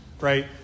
right